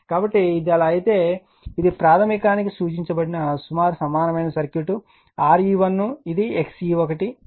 కాబట్టి అది అలా అయితే ఇది ప్రాధమికానికి సూచించబడిన సుమారు సమానమైన సర్క్యూట్ RE1 ఇది XE1 ఇది